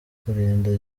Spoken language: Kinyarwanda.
kurinda